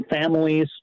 families